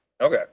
Okay